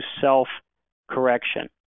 self-correction